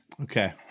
Okay